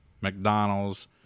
McDonald's